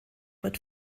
wird